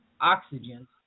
Oxygen